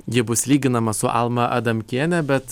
ji bus lyginama su alma adamkiene bet